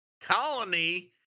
Colony